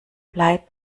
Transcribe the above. bleib